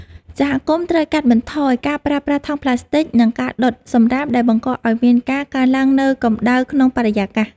សហគមន៍ត្រូវកាត់បន្ថយការប្រើប្រាស់ថង់ប្លាស្ទិក និងការដុតសម្រាមដែលបង្កឱ្យមានការកើនឡើងនូវកម្តៅក្នុងបរិយាកាស។